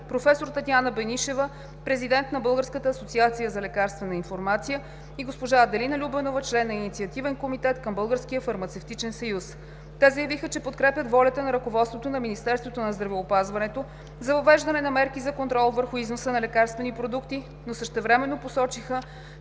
професор Татяна Бенишева – президент на Българската асоциация за лекарствена информация, и госпожа Аделина Любенова – член на Инициативния комитет към Българския фармацевтичен съюз. Те заявиха, че подкрепят волята на ръководството на Министерството на здравеопазването за въвеждане на мерки за контрол върху износа на лекарствени продукти, но същевременно посочиха,